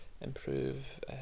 improve